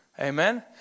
amen